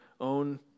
own